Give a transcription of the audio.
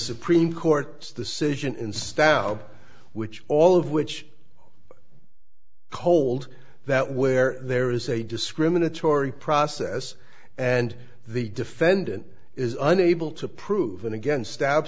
supreme court's decision in staff which all of which cold that where there is a discriminatory process and the defendant is unable to prove it again sta